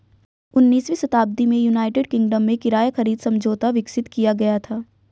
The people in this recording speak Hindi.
उन्नीसवीं शताब्दी में यूनाइटेड किंगडम में किराया खरीद समझौता विकसित किया गया था